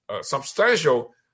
substantial